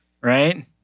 right